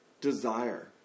desire